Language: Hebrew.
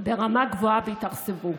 ברמה גבוהה, והתאכזבו.